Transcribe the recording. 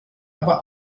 aber